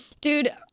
Dude